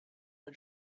are